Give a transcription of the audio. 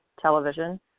television